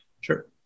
Sure